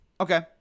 okay